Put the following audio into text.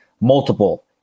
multiple